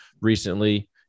recently